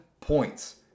points